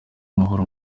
amahoro